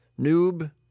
noob